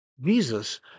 Jesus